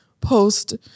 post